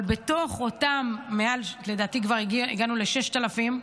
אבל בתוך אותם, לדעתי כבר הגענו ל-6,000,